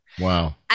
Wow